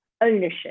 ownership